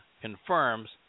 confirms